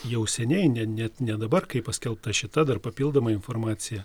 jau seniai ne net ne dabar kai paskelbta šita dar papildoma informacija